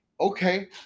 okay